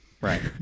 Right